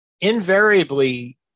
invariably